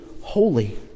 holy